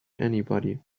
anybody